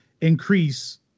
increase